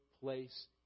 Place